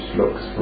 looks